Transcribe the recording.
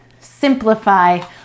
simplify